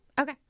Okay